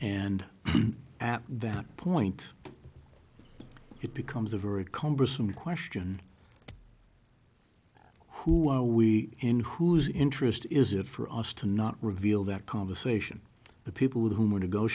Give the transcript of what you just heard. and at that point it becomes a very cumbersome question who are we in whose interest is it for us to not reveal that conversation the people with whom were